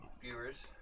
Viewers